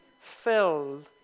filled